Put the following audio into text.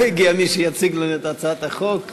אבל עדיין לא הגיע מי שיציג לנו את הצעת החוק.